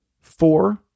Four